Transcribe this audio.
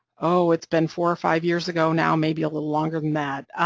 oh, it's been four or five years ago now, maybe a little longer than that,